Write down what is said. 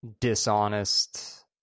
dishonest